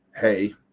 hey